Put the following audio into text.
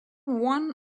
one